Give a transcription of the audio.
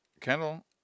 Kendall